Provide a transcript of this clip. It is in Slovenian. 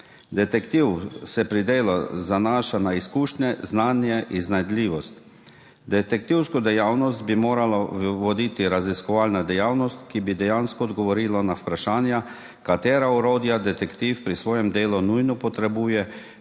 Detektiv se pri delu zanaša na izkušnje, znanje, iznajdljivost. Detektivsko dejavnost bi morala voditi raziskovalna dejavnost, ki bi dejansko odgovorila na vprašanja, katera orodja detektiv pri svojem delu nujno potrebuje